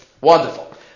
Wonderful